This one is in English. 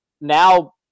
now